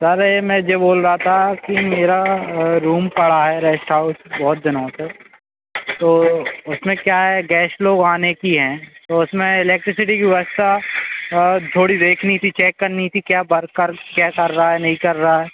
sir ये मैं जे बोल रहा रा था कि मेरा रूम पड़ा है रेस्ट हाउस बहुत दिनों से तो उसमें क्या है गेश्ट लोग आने की हैं तो उसमें इलेक्ट्रिसिटी की व्यवस्था थोड़ी देखनी थी चेक करनी थी क्या बर कर क्या कर रहा है नहीं कर रहा है